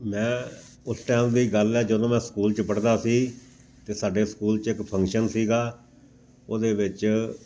ਮੈਂ ਉਸ ਟਾਈਮ ਦੀ ਗੱਲ ਹੈ ਜਦੋਂ ਮੈਂ ਸਕੂਲ 'ਚ ਪੜ੍ਹਦਾ ਸੀ ਅਤੇ ਸਾਡੇ ਸਕੂਲ 'ਚ ਇੱਕ ਫੰਕਸ਼ਨ ਸੀਗਾ ਉਹਦੇ ਵਿੱਚ